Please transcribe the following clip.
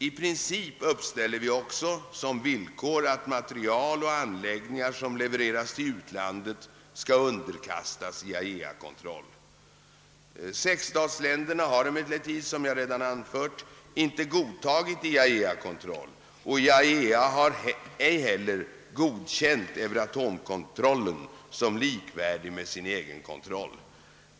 I princip uppställer vi också som villkor att material och anläggningar som levereras till utlandet skall underkastas IAEA kontroll. Sexstatsländerna har emellertid som jag redan anfört inte godtagit IAEA-kontroll, och IAEA har ej heller godkänt Euratomkontrollen som likvärdig med sin egen kontroll.